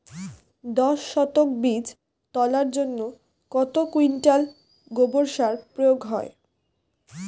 দশ শতক বীজ তলার জন্য কত কুইন্টাল গোবর সার প্রয়োগ হয়?